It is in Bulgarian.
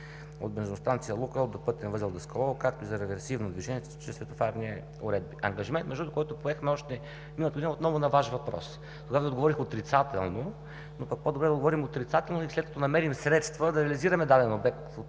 от бензиностанция „Лукойл“ до пътен възел Даскалово, както и за реверсивно движение чрез светофарни уредби – ангажимент, между другото, който поехме още миналата година, отново на Ваш въпрос. Тогава Ви отговорих отрицателно, но пък по-добре да отговорим отрицателно и след като намерим средства, да реализираме даден обект